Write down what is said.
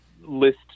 list